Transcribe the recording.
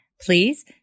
Please